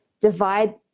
divide